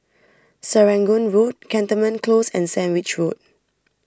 Serangoon Road Cantonment Close and Sandwich Road